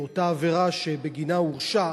באותה עבירה שבגינה הוא הורשע,